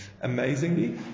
Amazingly